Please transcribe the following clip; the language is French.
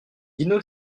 dino